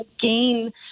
gain